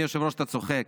אדוני היושב-ראש, אתה צוחק.